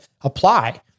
apply